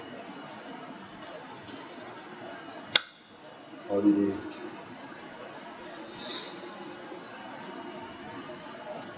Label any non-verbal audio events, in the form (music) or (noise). holiday (breath)